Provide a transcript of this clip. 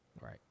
Right